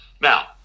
Now